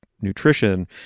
nutrition